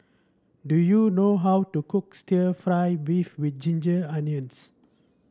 do you know how to cook stir fry beef with Ginger Onions